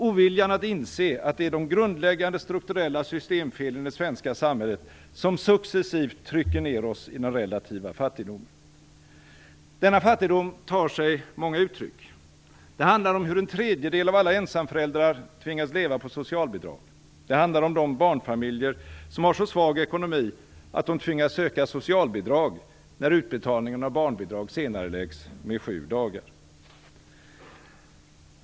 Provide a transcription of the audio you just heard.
Oviljan att inse att det är de grundläggande svenska systemfelen i det svenska samhället som successivt trycker ned oss i den relativa fattigdomen. Denna fattigdom tar sig många uttryck. Det handlar om att en tredjedel av alla ensamföräldrar tvingas leva på socialbidrag. Det handlar om de barnfamiljer som har så svag ekonomi att de tvingas söka socialbidrag när utbetalningen av barnbidrag senareläggs med sju dagar.